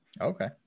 Okay